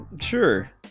Sure